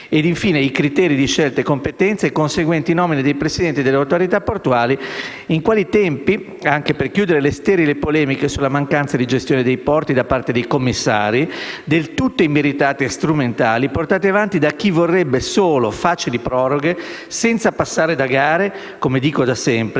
conoscere i criteri di scelte, competenze e conseguenti nomine dei presidenti delle autorità portuali e in quali tempi, anche per chiudere le sterili polemiche sulla mancanza di gestione dei porti da parte dei commissari, del tutto immeritate e strumentali, portate avanti da chi vorrebbe solo facili proroghe senza passare da gare. Come dico da sempre,